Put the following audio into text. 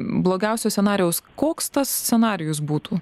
blogiausio scenarijaus koks tas scenarijus būtų